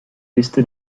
liste